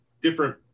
different